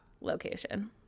location